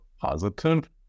positive